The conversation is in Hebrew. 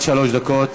עד שלוש דקות.